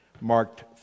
marked